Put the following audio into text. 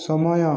ସମୟ